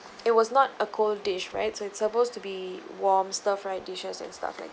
it was not a cold dish right so it's supposed to be warm stir fried dishes and stuff like